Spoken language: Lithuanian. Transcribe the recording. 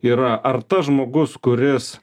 yra ar tas žmogus kuris